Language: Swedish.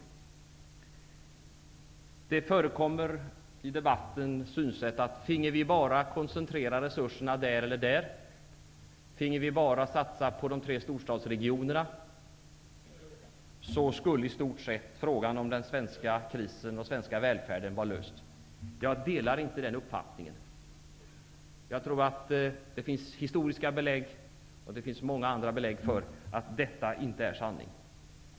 I debatten förekommer exempelvis synsätt såsom: Finge vi bara koncentrera resurserna där eller där, finge vi bara satsa på de tre storstadsregionerna, skulle i stort sett frågan om den svenska krisen och välfärlden vara löst. Jag delar inte den uppfattningen. Det finns historiska och många andra belägg för att detta inte är sanning.